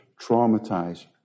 Traumatized